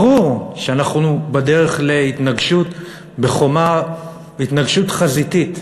ברור שאנחנו בדרך להתנגשות בחומה, התנגשות חזיתית.